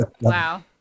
Wow